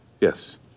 Yes